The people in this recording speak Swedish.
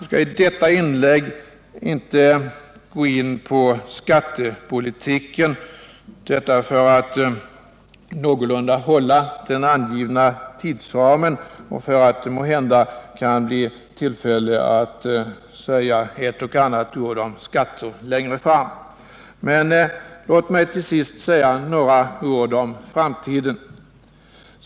För att någorlunda hålla mig inom den angivna tidsramen skall jag i detta inlägg inte gå in på skattepolitiken. Måhända får jag tillfälle att längre fram säga ett och annat ord om skatterna. Men låt mig till sist säga några ord om framtiden.